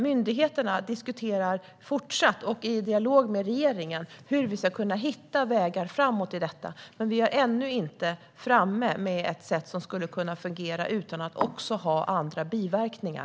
Myndigheterna diskuterar fortsatt i dialog med regeringen hur man ska kunna hitta vägar framåt här. Men vi har ännu inte kommit fram till ett sätt som skulle kunna fungera utan att också ha andra följdverkningar.